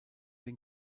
den